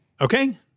Okay